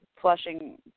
flushing